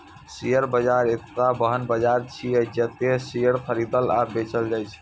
share बाजार एकटा एहन बाजार छियै, जतय शेयर खरीदल आ बेचल जाइ छै